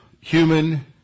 human